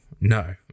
no